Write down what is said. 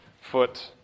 foot